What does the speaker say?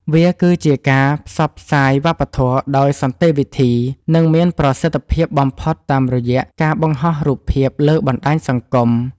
វាគឺជាការផ្សព្វផ្សាយវប្បធម៌ដោយសន្តិវិធី និងមានប្រសិទ្ធភាពបំផុតតាមរយៈការបង្ហោះរូបភាពលើបណ្ដាញសង្គម។